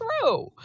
true